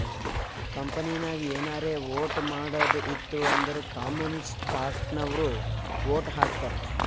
ಕಂಪನಿನಾಗ್ ಏನಾರೇ ವೋಟ್ ಮಾಡದ್ ಇತ್ತು ಅಂದುರ್ ಕಾಮನ್ ಸ್ಟಾಕ್ನವ್ರು ವೋಟ್ ಹಾಕ್ತರ್